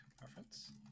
reference